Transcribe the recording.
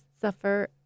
suffer